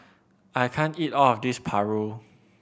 I can't eat all of this Paru